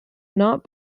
not